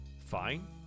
fine